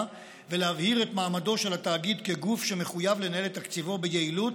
ולהבהיר את מעמדו של התאגיד כגוף שמחויב לנהל את תקציבו ביעילות